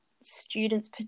students